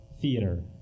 theater